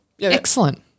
Excellent